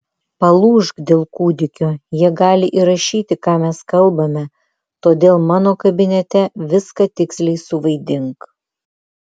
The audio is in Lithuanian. palūžk dėl kūdikio jie gali įrašyti ką mes kalbame todėl mano kabinete viską tiksliai suvaidink